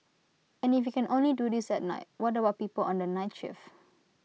and if you can only do this at night what about people on the night shift